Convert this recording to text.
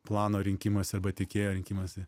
plano rinkimąsi arba tiekėjo rinkimąsi